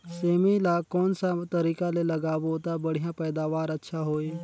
सेमी ला कोन सा तरीका ले लगाबो ता बढ़िया पैदावार अच्छा होही?